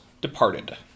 departed